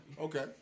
Okay